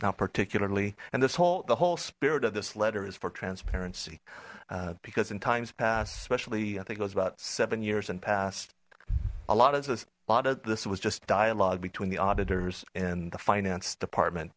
now particularly and this whole the whole spirit of this letter is for trans aaron see because in times past especially i think it was about seven years and past a lot of this lot of this was just dialogue between the auditors in the finance department